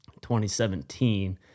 2017